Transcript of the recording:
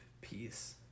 peace